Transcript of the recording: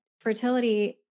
fertility